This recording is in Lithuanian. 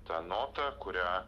ta nota kurią